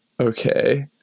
Okay